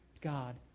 God